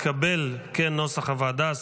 כנוסח הוועדה,